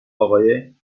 آقای